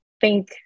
thank